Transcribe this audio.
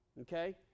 Okay